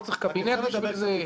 לא צריך קבינט בשביל זה?